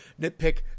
nitpick